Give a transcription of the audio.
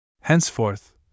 henceforth